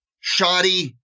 shoddy